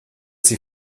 sie